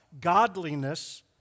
godliness